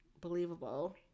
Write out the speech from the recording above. believable